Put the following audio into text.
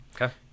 okay